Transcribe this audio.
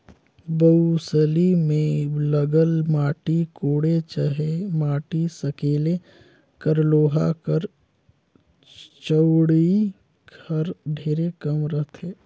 बउसली मे लगल माटी कोड़े चहे माटी सकेले कर लोहा कर चउड़ई हर ढेरे कम रहथे